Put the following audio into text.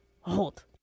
Hold